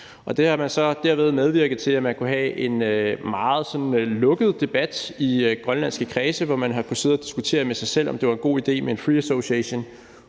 Derved har man så medvirket til, at man kunne have en meget sådan lukket debat i grønlandske kredse, hvor man har kunnet sidde og diskutere med sig selv, om det var en god idé med en free association-aftale,